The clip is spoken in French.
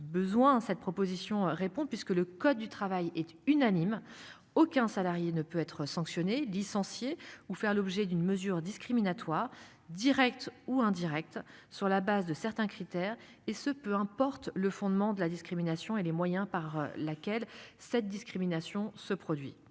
besoin. Cette proposition répond puisque le code du travail est unanime. Aucun salarié ne peut être sanctionné, licencié ou faire l'objet d'une mesure discriminatoire, directe ou indirecte sur la base de certains critères et ce peu importe le fondement de la discrimination et les moyens par laquelle cette discrimination ce produit.